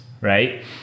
right